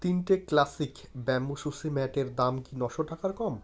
তিনটে classic bamboo sushi ম্যাটের দাম কি নশো টাকার কম